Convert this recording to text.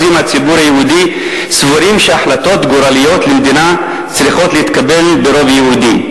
מהציבור היהודי סבורים שהחלטות גורליות למדינה צריכות להתקבל ברוב יהודי,